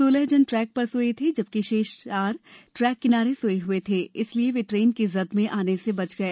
सोलह जन ट्रैक पर सोए थे जबकि शेष चार ट्रैक किनारे सोए हृए थे इसलिए वे ट्रेन की जद में आने से बच गए